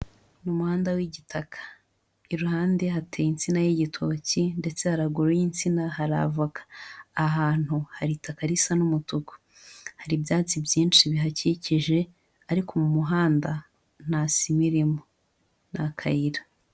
Ni umuhanda w'igitaka, iruhande hateye insina y'igitoki ndetse haraguru y'insina hari avoka, ahantu hari itaka risa n'umutuku, hari ibyatsi byinshi bihakikije ariko mu muhanda nta sima irimo, ni akayira.